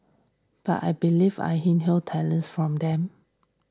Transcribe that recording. but I believe I inherited talents from them